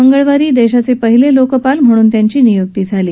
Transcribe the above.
मंगळवारी देशाचे पहिले लोकपाल म्हणून त्यांची नियुक्ती झाली